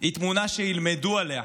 היא תמונה שילמדו עליה.